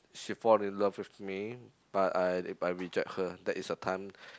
she fall in love with me but I but I reject her that is the time